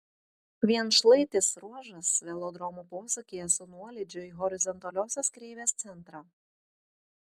vienšlaitis ruožas velodromo posūkyje su nuolydžiu į horizontaliosios kreivės centrą